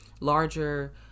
larger